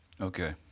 Okay